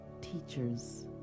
teachers